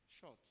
short